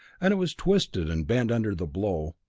and it was twisted and bent under the blow,